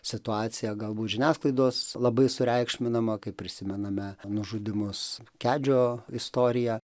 situacija galbūt žiniasklaidos labai sureikšminama kaip prisimename nužudymus kedžio istoriją